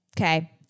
Okay